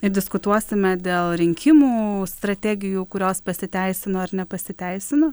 ir diskutuosime dėl rinkimų strategijų kurios pasiteisino ir nepasiteisino